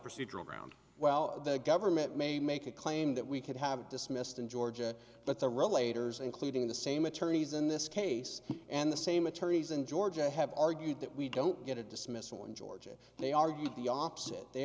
procedural ground well the government may make a claim that we could have dismissed in georgia but the real later including the same attorneys in this case and the same attorneys in georgia have argued that we don't get a dismissal in georgia they argued the opposite they